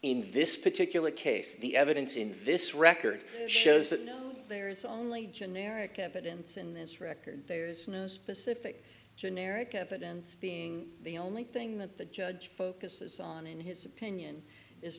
in this particular case the evidence in this record shows that no there is only generic evidence in this record there's no specific generic evidence being the only thing that the judge focuses on in his opinion is